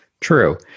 True